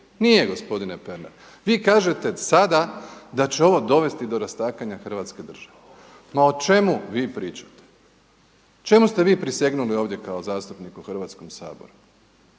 nije gospodine Pernar. Vi kažete sada da će ovo dovesti do rastakanja Hrvatske države. Ma o čemu vi pričate? Čemu ste vi prisegnuli ovdje kao zastupnik u Hrvatskom saboru?